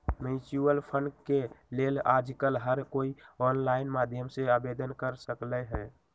mutual fund के लेल आजकल हर कोई ऑनलाईन माध्यम से आवेदन कर सकलई ह